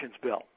bill